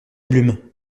blum